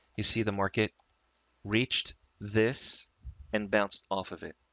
you see the market reached this and bounced off of it.